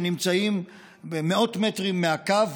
שנמצאים מאות מטרים מהקו,